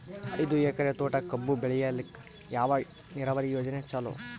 ಐದು ಎಕರೆ ತೋಟಕ ಕಬ್ಬು ಬೆಳೆಯಲಿಕ ಯಾವ ನೀರಾವರಿ ಯೋಜನೆ ಚಲೋ?